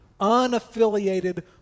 unaffiliated